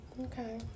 Okay